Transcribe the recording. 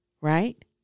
Right